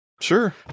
Sure